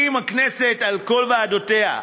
הכנסת על כל ועדותיה,